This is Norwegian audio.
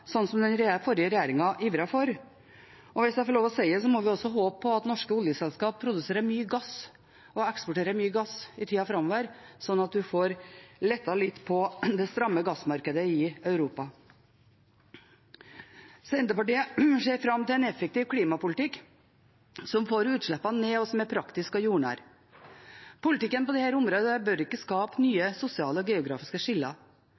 som den forrige regjeringen ivret for. Og hvis jeg får lov å si det, må vi også håpe på at norske oljeselskaper produserer og eksporterer mye gass i tida framover, slik at man får lettet litt på det stramme gassmarkedet i Europa. Senterpartiet ser fram til en effektiv klimapolitikk som får utslippene ned, og som er praktisk og jordnær. Politikken på dette området bør ikke skape nye sosiale og geografiske skiller.